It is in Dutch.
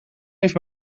heeft